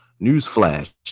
Newsflash